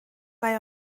mae